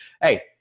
hey